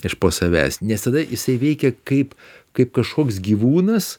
iš po savęs nes tada jisai veikia kaip kaip kažkoks gyvūnas